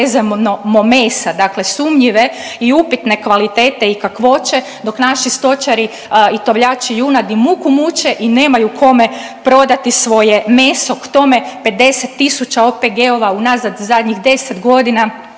uvezemo mesa, dakle sumnjive i upitne kvalitete i kakvoće dok naši stočari i tovljači junadi muku muče i nemaju kome prodati svoje meso k tome 50.000 OPG-ova unazad zadnjih 10 godina